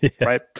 right